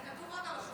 זה כתוב רק על השופטים.